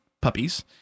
puppies